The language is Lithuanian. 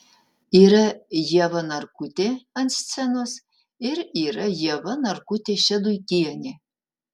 yra ieva narkutė ant scenos ir yra ieva narkutė šeduikienė